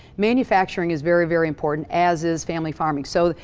manufacturing is very, very important. as is family farming. so,